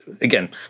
again